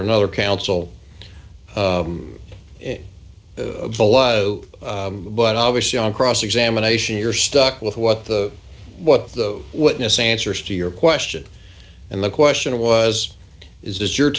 another counsel in a bolo but obviously on cross examination you're stuck with what the what the witness answers to your question and the question was is this your